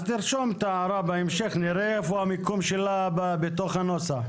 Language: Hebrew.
אז תרשום את ההערה ובהמשך נראה איפה המיקום שלה בתוך הנוסח.